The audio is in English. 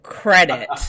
credit